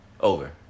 Over